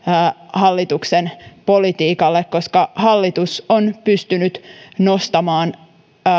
hallituksen politiikalle hallitus on pystynyt nostamaan